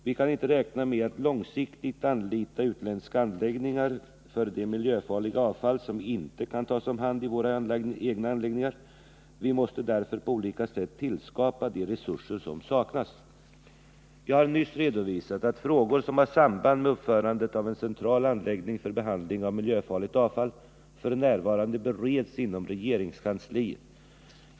Vi kan inte räkna med att långsiktigt anlita utländska anläggningar för det miljöfarliga avfall som inte kan tas om hand i våra egna anläggningar. Vi måste därför på olika sätt tillskapa de resurser som saknas. Jag har nyss redovisat att frågor som har samband med uppförandet av en central anläggning för behandling av miljöfarligt avfall f.n. bereds inom regeringskansliet.